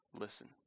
Listen